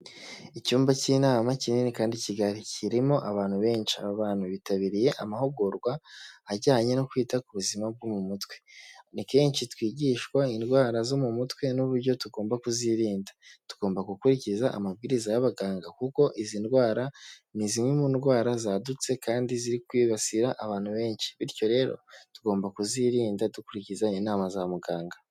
Icyumba cy'inama kinini kandi kigari. Kirimo abantu benshi, aba abantu bitabiriye amahugurwa ajyanye no kwita ku buzima bwo mu mutwe, ni kenshi twigishwa indwara zo mu mutwe n'uburyo tugomba kuzirinda, tugomba gukurikiza amabwiriza y'abaganga kuko izi ndwara ni zimwe mu ndwara zadutse kandi ziri kwibasira abantu benshi, bityo rero tugomba kuzirinda dukurikiza inama za muganga.